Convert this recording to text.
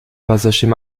passagier